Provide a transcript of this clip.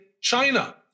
China